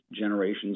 generations